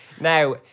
Now